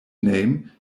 name